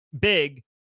big